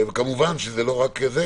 כמובן שזה לא רק זה.